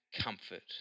comfort